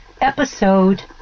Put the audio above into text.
episode